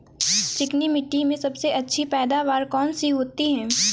चिकनी मिट्टी में सबसे अच्छी पैदावार कौन सी होती हैं?